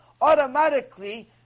automatically